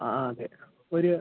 ആ ആ അതെ ഒരു